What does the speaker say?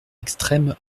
extrême